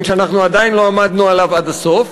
שאנחנו עדיין לא עמדנו עליו עד הסוף.